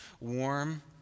warm